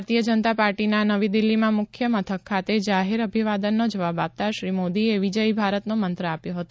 ભારતીય જનતા પાર્ટીના નવી દિલ્હીમાં મુખ્ય મથક ખાતે જાહેર અભિવાદનનો જવાબ આપતાં શ્રી મોદીએ વિજયી ભારતનો મંત્ર આપ્યો હતો